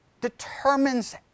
determines